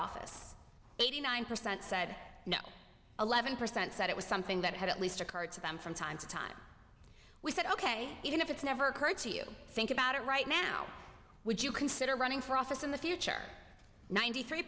office eighty nine percent said no eleven percent said it was something that had at least occurred to them from time to time we said ok even if it's never occurred to you think about it right now would you consider running for office in the future ninety three